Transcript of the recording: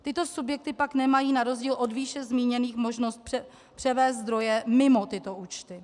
Tyto subjekty pak nemají na rozdíl od výše zmíněných možnost převést zdroje mimo tyto účty.